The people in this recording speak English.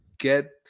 Get